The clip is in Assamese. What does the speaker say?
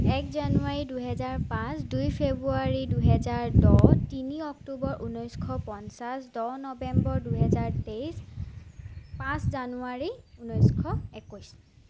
এক জানুৱাৰী দুহেজাৰ পাঁচ দুই ফেব্ৰুৱাৰী দুহেজাৰ দহ তিনি অক্টোবৰ ঊনৈছশ পঞ্চাছ দহ নৱেম্বৰ দুহেজাৰ তেইছ পাঁচ জানুৱাৰী ঊনৈছশ একৈছ